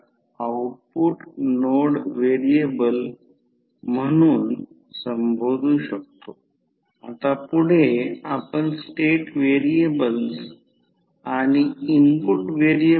याचा अर्थ येथे ते मॅग्नेट्यूड सेट करेल समजा येथे एक लहान करंट I1 दाखविला आहे कारण ती प्रायमरी साईड आहे V1 व्होल्टेज I1 करंट आहे जेव्हा I0 करंट असेल तेव्हा ते नो लोड असते आणि ते I1 I0 असेल